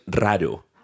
raro